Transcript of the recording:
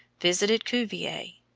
visited cuvier.